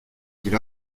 qu’il